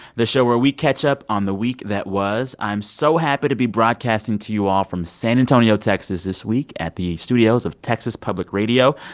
the show where we catch up on the week that was. i'm so happy to be broadcasting to you all from san antonio, texas, this week at the studios of texas public radio.